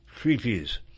Treaties